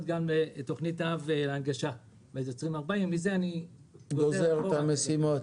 גם תוכנית-אב להנגשה עד שנת 2040. מזה אני גוזר את המשימות.